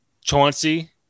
Chauncey